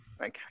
Okay